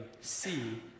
See